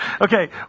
Okay